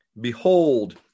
behold